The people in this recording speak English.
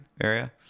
area